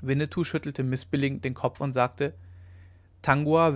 winnetou schüttelte mißbilligend den kopf und sagte tangua